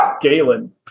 Galen